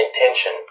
intention